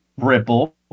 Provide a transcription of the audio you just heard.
Ripple